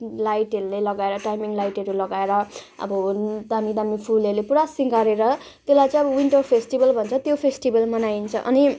लाइटहरूले लगाएर टाइमिङ लाइटहरू लगाएर अब दामी दामी फुलहरूले पुरा सिँगारेर त्यसलाई चाहिँ अब विन्टर फेस्टिभल भन्छ त्यो फेस्टिभल मनाइन्छ अनि